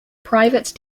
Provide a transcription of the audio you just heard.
private